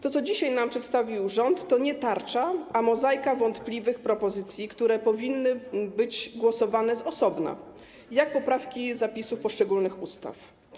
To, co dzisiaj nam przedstawił rząd, to nie tarcza, a mozaika wątpliwych propozycji, nad którymi powinno się głosować z osobna, jak nad poprawkami zapisów poszczególnych ustaw.